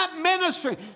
ministry